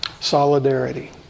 Solidarity